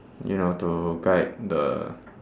you know to guide the